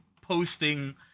posting